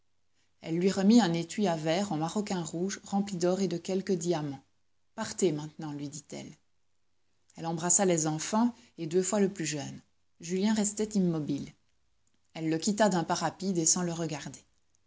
elle lui remit un étui à verre en maroquin rouge rempli d'or et de quelques diamants partez maintenant lui dit-elle elle embrassa les enfants et deux fois le plus jeune julien restait immobile elle le quitta d'un pas rapide et sans le regarder